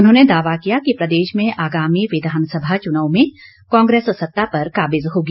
उन्होंने दावा किया कि प्रदेश में आगामी विधानसभा चुनाव में कांग्रेस सत्ता पर काबिज होगी